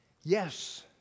Yes